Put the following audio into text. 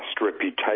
reputation